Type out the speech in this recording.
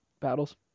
battles